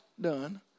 done